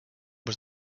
was